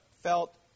felt